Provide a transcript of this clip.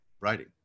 writing